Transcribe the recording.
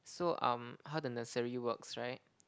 so um how the nursery works right